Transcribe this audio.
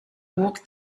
walk